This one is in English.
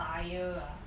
tyre ah